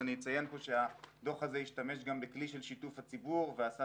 אני אציין פה שהדוח הזה השתמש גם בכלי של שיתוף הציבור ועשה